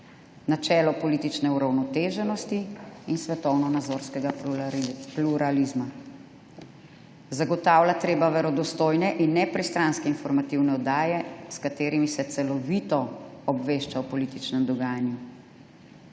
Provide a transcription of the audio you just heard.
načelo politične uravnoteženosti in svetovnonazorskega pluralizma. Zagotavljati je treba verodostojne in nepristranske informativne oddaje, s katerimi se celovito obvešča o političnem dogajanju.